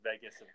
vegas